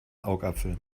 augapfel